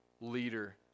leader